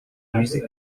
music